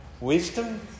wisdom